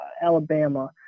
Alabama